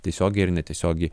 tiesiogiai ir netiesiogiai